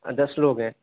دس لوگ ہے